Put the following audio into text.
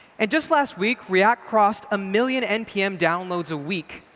and just last week, react crossed a million npm downloads a week,